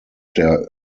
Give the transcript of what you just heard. der